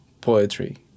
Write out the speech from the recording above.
poetry